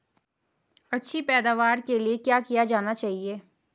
अच्छी पैदावार के लिए क्या किया जाना चाहिए?